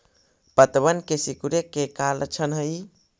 पत्तबन के सिकुड़े के का लक्षण हई?